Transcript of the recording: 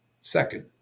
Second